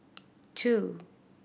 two